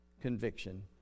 conviction